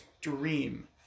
dream